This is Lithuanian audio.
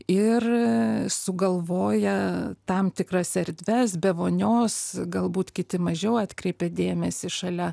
ir sugalvoję tam tikras erdves be vonios galbūt kiti mažiau atkreipė dėmesį šalia